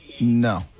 No